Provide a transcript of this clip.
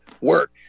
work